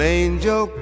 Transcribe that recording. angel